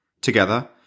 Together